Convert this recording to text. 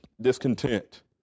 discontent